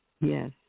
Yes